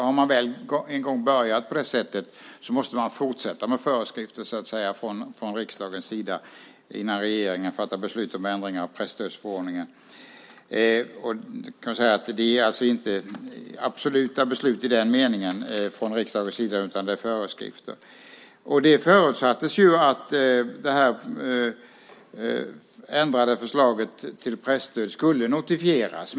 Har man väl en gång börjat på det sättet måste man fortsätta med föreskrifter från riksdagens sidas innan regeringen fattar beslut om ändringar av presstödsförordningen. Det är alltså inte i den meningen absoluta beslut från riksdagens sida utan föreskrifter. Det förutsattes att det ändrade förslaget till presstöd skulle notifieras.